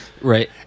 right